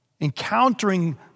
encountering